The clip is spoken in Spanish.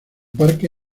parque